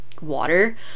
water